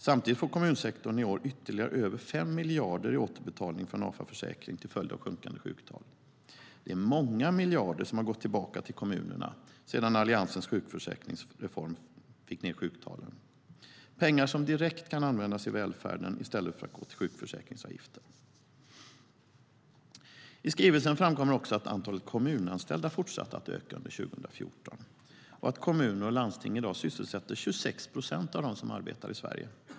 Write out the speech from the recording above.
Samtidigt får kommunsektorn i år ytterligare över 5 miljarder i återbetalning från Afa Försäkring till följd av sjunkande sjuktal. Det är många miljarder som gått tillbaka till kommunerna sedan Alliansens sjukförsäkringsreform fick ned sjuktalen. Detta är pengar som kan investeras direkt i välfärden i stället för att gå till sjukförsäkringsavgifter. I skrivelsen framkommer det också att antalet kommunanställda fortsatte att öka under 2014 och att kommuner och landsting i dag sysselsätter 26 procent av dem som arbetar i Sverige.